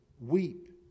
weep